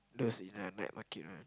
those in like night market one